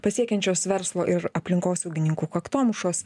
pasiekiančios verslo ir aplinkosaugininkų kaktomušos